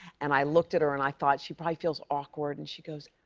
and i looked at her, and i thought, she probably feels awkward, and she goes,